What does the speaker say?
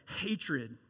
hatred